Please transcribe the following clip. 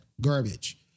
garbage